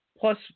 plus